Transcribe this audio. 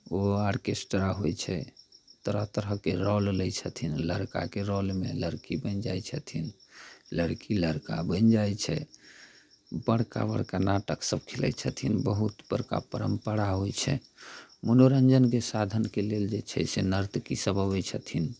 ओ orchestra होइ छै तरह तरहके रोल लैत छथिन लड़काके रोलमे लड़की बनि जाइ छथिन लड़की लड़का बनि जाइ छै बड़का बड़का नाटकसभ खेलै छथिन बहुत बड़का परम्परा होइ छै मनोरञ्जनके साधनके लेल जे छै से नर्तकीसभ अबै छथिन